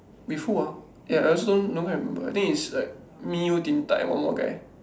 with who ah ya I also know don't cannot remember i think is like me you Din-Tat and one more guy